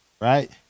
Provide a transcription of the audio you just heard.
right